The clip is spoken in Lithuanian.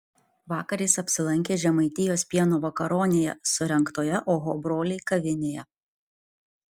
vakar jis apsilankė žemaitijos pieno vakaronėje surengtoje oho broliai kavinėje